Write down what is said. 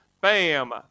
bam